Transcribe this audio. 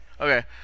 Okay